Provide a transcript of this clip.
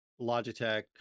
logitech